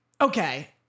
okay